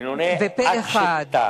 פה-אחד,